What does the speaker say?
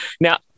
Now